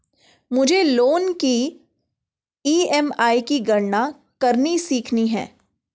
मुझे लोन की ई.एम.आई की गणना करनी सीखनी है